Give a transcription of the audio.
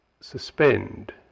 suspend